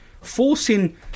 Forcing